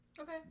Okay